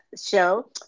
show